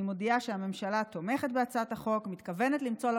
אני מודיעה שהממשלה תומכת בהצעת החוק,